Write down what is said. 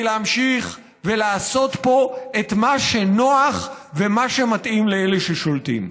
להמשיך ולעשות פה את מה שנוח ומה שמתאים לאלה ששולטים.